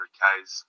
k's